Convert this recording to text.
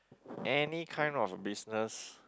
any kind of business